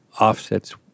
offsets